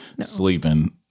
sleeping